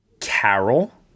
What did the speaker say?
Carol